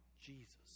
Jesus